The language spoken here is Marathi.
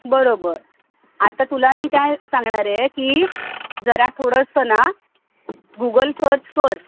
बरोबर आता तुला मी काय सांगणार आहे की जरा थोडंसं ना गुगल सर्च कर